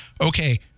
Okay